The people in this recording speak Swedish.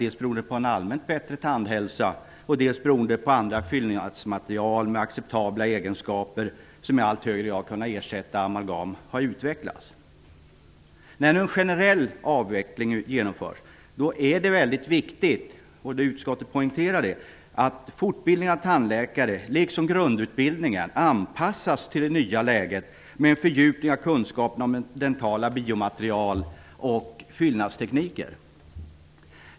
Det beror dels på en allmänt bättre tandhälsa, dels på att det har utvecklats andra fyllnadsmaterial med acceptabla egenskaper som i allt högre grad har kunnat ersätta amalgam. När en generell avveckling nu genomförs är det mycket viktigt att fortbildningen för tandläkare -- liksom grundutbildningen -- anpassas till det nya läget med en fördjupning av kunskaperna om dentala biomaterial och fyllnadstekniker. Detta poängterar utskottet.